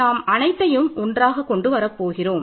நான் அனைத்தையும் ஒன்றாக கொண்டு வரப் போகிறேன்